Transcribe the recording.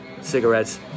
cigarettes